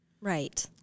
Right